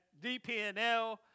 DPNL